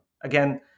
again